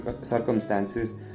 circumstances